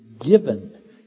given